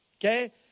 okay